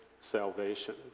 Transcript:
salvation